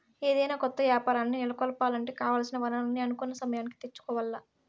ఏదైనా కొత్త యాపారాల్ని నెలకొలపాలంటే కావాల్సిన వనరుల్ని అనుకున్న సమయానికి తెచ్చుకోవాల్ల